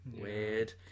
weird